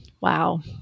wow